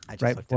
Right